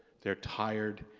they're tired,